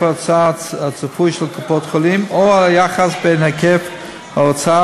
ההוצאה הצפוי של קופות-החולים או על היחס בין היקף ההוצאה